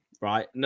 right